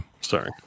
sorry